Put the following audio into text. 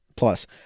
Plus